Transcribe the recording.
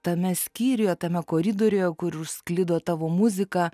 tame skyriuje tame koridoriuje kur sklido tavo muzika